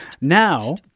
Now